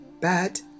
bad